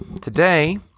Today